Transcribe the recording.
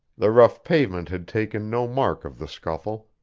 the rough pavement had taken no mark of the scuffle.